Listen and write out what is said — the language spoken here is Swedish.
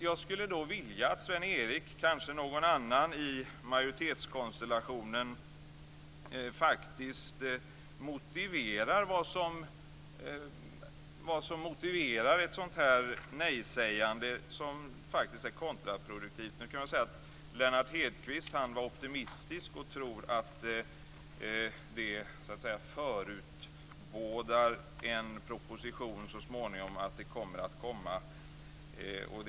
Jag skulle vilja att Sven-Erik och kanske någon annan i majoritetskonstellationen talar om vad som motiverar ett sådant här nej-sägande. Det är faktiskt kontraproduktivt. Lennart Hedquist var optimistisk. Han tror att det förebådas en proposition, att en sådan kommer att komma så småningom.